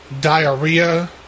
diarrhea